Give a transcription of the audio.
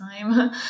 time